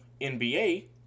NBA